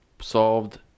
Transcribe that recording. solved